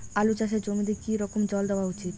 আলু চাষের জমিতে কি রকম জল দেওয়া উচিৎ?